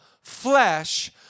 flesh